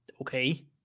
Okay